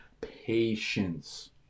patience